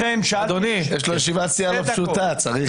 עוד